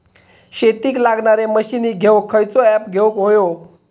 शेतीक लागणारे मशीनी घेवक खयचो ऍप घेवक होयो?